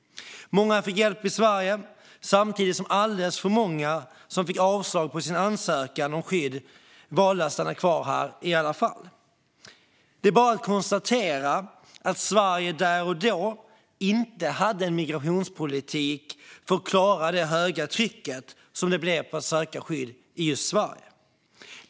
Många fick hjälp i Sverige, samtidigt som alldeles för många som fick avslag på sin ansökan om skydd valde att stanna kvar här i alla fall. Det är bara att konstatera att Sverige där och då inte hade en migrationspolitik som kunde klara det höga tryck som det blev på att söka skydd i just Sverige.